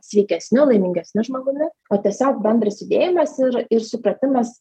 sveikesniu laimingesniu žmogumi o tiesiog bendras judėjimas ir ir supratimas